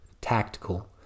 tactical